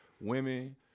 women